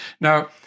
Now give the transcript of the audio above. Now